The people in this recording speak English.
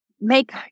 make